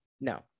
No